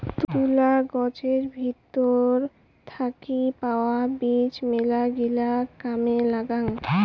তুলা গছের ভেতর থাকি পাওয়া বীচি মেলাগিলা কামে লাগাং